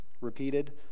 repeated